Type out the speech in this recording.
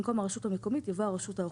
במקום "הרשות המקומית" יבוא "הרשות האוכפת".